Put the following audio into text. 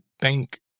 bank